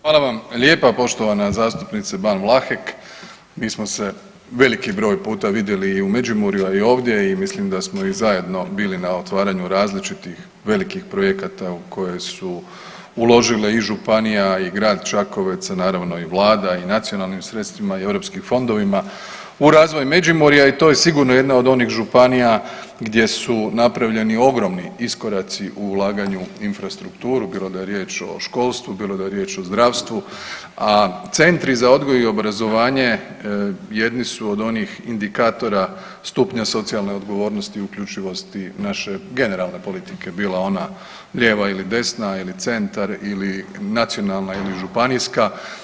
Hvala vam lijepo poštovana zastupnice Ban Vlahek, mi smo se veliki broj puta vidjeli i u Međimurju, a i ovdje i mislim da smo i zajedno bili na otvaranju različitih velikih projekta u koji su uložile i županije i grad Čakovec, a naravno i Vlada i nacionalnim sredstvima i EU fondovima u razvoj Međimurja i to je sigurno jedna od onih županija gdje su napravljeni ogromni iskoraci u ulaganju infrastrukturu, bilo da je riječ o školstvu, bilo da je riječ o zdravstvu, a centri za odgoj i obrazovanje jednu su od onih indikatora stupnja socijalne odgovornosti, uključivosti naše generalne politike, bila ona lijeva ili desna ili centar ili nacionalna ili županijska.